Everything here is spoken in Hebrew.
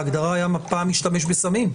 בהגדרה היה פעם משתמש בסמים.